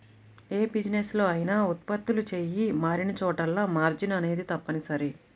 యే బిజినెస్ లో అయినా ఉత్పత్తులు చెయ్యి మారినచోటల్లా మార్జిన్ అనేది తప్పనిసరి